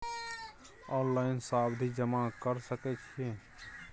Online सावधि जमा कर सके छिये?